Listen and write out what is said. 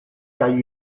kaj